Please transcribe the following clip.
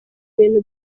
ibintu